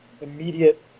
immediate